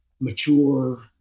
mature